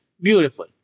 beautiful